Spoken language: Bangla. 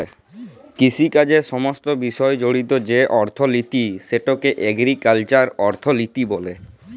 কিষিকাজের সমস্ত বিষয় জড়িত যে অথ্থলিতি সেটকে এগ্রিকাল্চারাল অথ্থলিতি ব্যলে